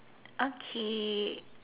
okay